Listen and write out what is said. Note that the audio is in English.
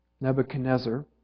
Nebuchadnezzar